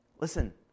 Listen